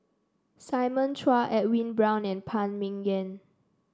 Simon Chua Edwin Brown and Phan Ming Yen